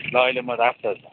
ल अहिले म राख्छु त